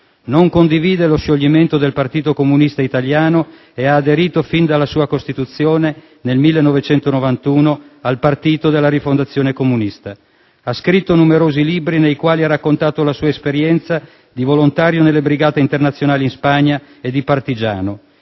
Non condivide lo scioglimento del Partito Comunista Italiano e aderisce fin dalla sua costituzione (nel 1991) al Partito della Rifondazione Comunista. Ha scritto numerosi libri nei quali ha raccontato la sua esperienza di volontario nelle Brigate internazionali in Spagna e di partigiano.